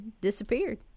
disappeared